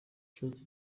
ikibazo